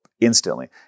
instantly